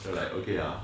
so like okay lah